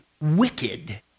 wicked